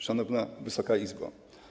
Szanowna Wysoka Izbo!